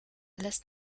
lässt